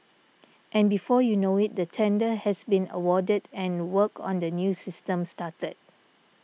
and before you know it the tender has been awarded and work on the new system started